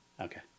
Okay